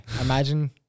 Imagine